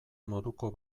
moduko